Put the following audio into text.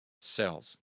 cells